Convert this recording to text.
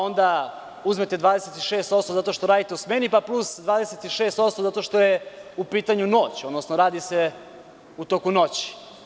Onda uzmete 26% zato što radite u smeni, pa plus 26% zato što je u pitanju noć, odnosno radi se u toku noći.